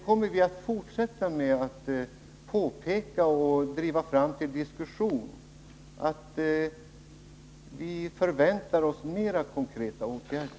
Vi kommer att fortsätta att påpeka sådana saker och driva fram till diskussion att vi förväntar oss mer konkreta åtgärder.